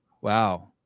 Wow